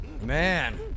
Man